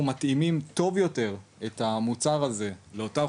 מתאימים טוב יותר את המוצר הזה לאותה האוכלוסייה,